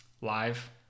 live